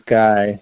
guy